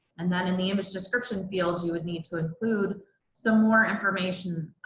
and then in the image description fields you would need to include some more information